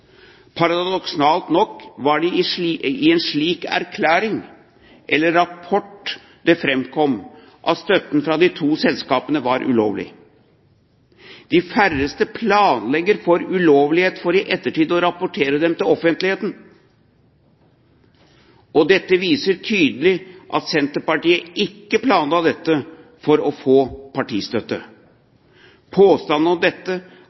Paradoksalt nok var det i en slik erklæring eller rapport at det framkom at støtten fra de to selskapene var ulovlig. De færreste planlegger for ulovligheter for i ettertid å rapportere dem til offentligheten. Dette viser tydelig at Senterpartiet ikke planla dette for å få partistøtte. Påstanden om dette